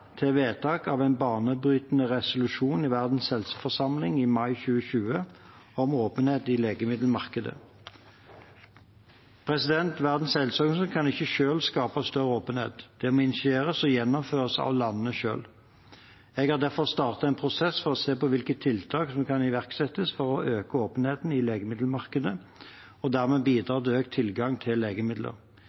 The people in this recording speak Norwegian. til vedtak av en banebrytende resolusjon i Verdens helseforsamling i mai 2020 om åpenhet i legemiddelmarkedet. Verdens helseorganisasjon kan ikke selv skape større åpenhet. Det må initieres og gjennomføres av landene selv. Jeg har derfor startet en prosess for å se på hvilke tiltak som kan iverksettes for å øke åpenheten i legemiddelmarkedet og dermed bidra til økt tilgang til legemidler.